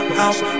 house